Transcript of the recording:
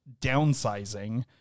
downsizing